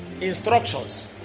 instructions